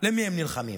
למי הם נלחמים